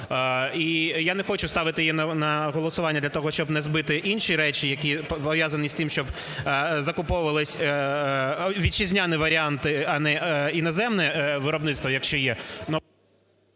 і я не хочу ставити її на голосування для того, щоб не збити інші речі, які пов'язані з тим, щоб закуповувались вітчизняні варіанти, а не іноземне виробництво, якщо є.